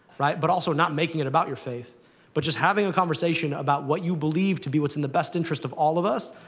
right, but also not making it about your faith but just having a conversation about what you believe to be what's in the best interest of all of us,